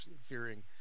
fearing